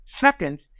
second